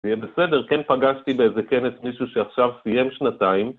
זה יהיה בסדר, כן פגשתי באיזה כנס מישהו שעכשיו סיים שנתיים.